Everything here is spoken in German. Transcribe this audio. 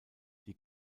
die